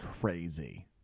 crazy